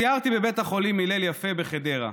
סיירתי בבית החולים הלל יפה בחדרה,